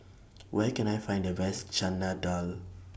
Where Can I Find The Best Chana Dal